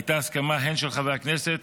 הייתה הסכמה הן של חבר הכנסת